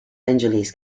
angeles